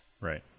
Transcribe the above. right